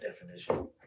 definition